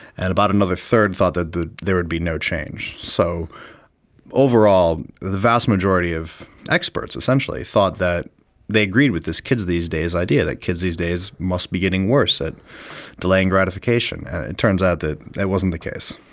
and about another third thought that there would be no change. so overall the vast majority of experts essentially thought that they agreed with this kids these days idea, that kids these days must be getting worse at delaying gratification, and it turns out that that wasn't the case.